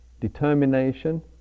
determination